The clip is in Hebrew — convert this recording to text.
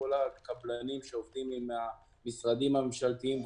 מכל הקבלנים שעובדים עם המשרדים הממשלתיים,